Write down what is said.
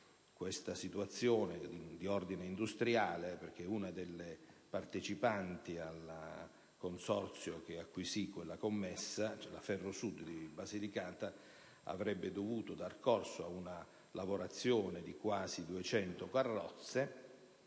questa situazione di ordine industriale. Una delle partecipanti al consorzio che acquisì quella commessa (la Ferrosud della Basilicata) avrebbe dovuto dar corso a una lavorazione di quasi 200 carrozze